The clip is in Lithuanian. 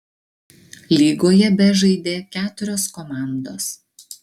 lygoje bežaidė keturios komandos